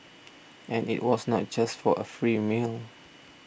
and it was not just for a free meal